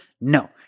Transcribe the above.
No